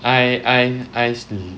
I I I